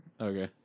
Okay